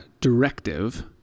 directive